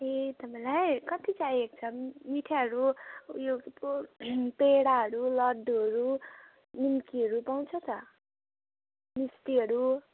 ए तपाईँलाई कति चाहिएको छ मिठाईहरू उयो के पो पेडाहरू लड्डुहरू निम्कीहरू पाउंँछ त मिस्टीहरू